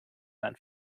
man